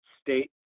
state